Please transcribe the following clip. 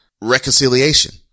reconciliation